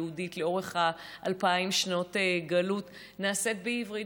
היהודית לאורך אלפיים שנות גלות נעשית בעברית,